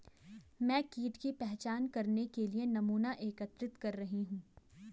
मैं कीट की पहचान करने के लिए नमूना एकत्रित कर रही हूँ